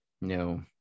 no